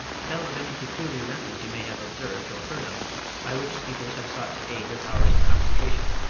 tell of any peculiar methods you may have observed or heard of by which speakers have sought to aid their powers of concentration,